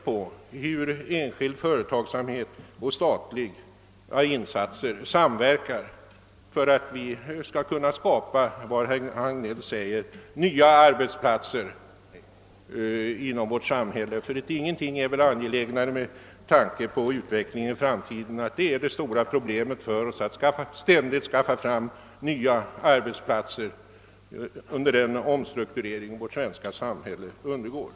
Där kan enskild företagsamhet och statliga insatser medverka för att åstadkomma vad herr Hagnell ansåg vara så viktigt, nämligen att skapa nya arbetsplatser i vårt samhälle. Ingenting kan väl heller vara mer angeläget. Det är ju vårt stora problem hur vi ständigt skall kunna skapa nya arbetstillfällen såsom en följd av den omstrukturering som pågår i det svenska samhället.